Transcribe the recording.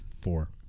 Four